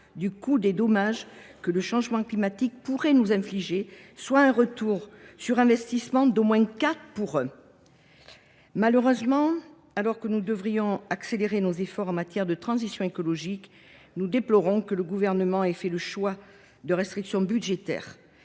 du coût des dommages que le changement climatique pourrait nous infliger, soit un retour sur investissement d’au moins 4 pour 1. Malheureusement, alors que nous devrions accélérer nos efforts en matière de transition écologique, nous déplorons que le Gouvernement ait fait le choix de restrictions budgétaires,